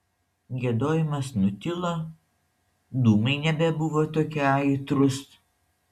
giedojimas nutilo dūmai nebebuvo tokie aitrūs